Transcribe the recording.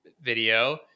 video